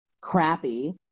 crappy